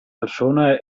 persona